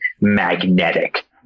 magnetic